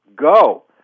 Go